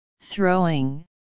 Throwing